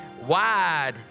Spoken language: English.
Wide